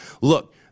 look